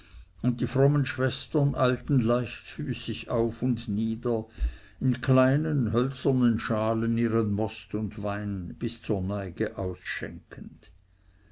und die frommen schwestern eilten leichtfüßig auf und nieder in kleinen hölzernen schalen ihren most und wein bis zur neige ausschenkend